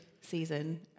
season